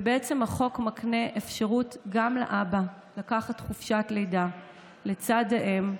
ובעצם החוק מקנה אפשרות גם לאבא לקחת חופשת לידה לצד האם,